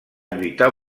lluitar